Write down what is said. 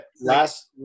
Last